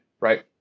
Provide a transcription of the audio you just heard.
Right